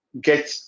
Get